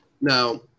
Now